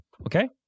okay